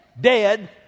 dead